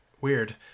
weird